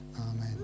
Amen